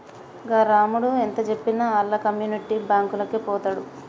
గా రామడు ఎంతజెప్పినా ఆళ్ల కమ్యునిటీ బాంకులకే వోతడు